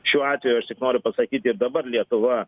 šiuo atveju aš tik noriu pasakyt ir dabar lietuva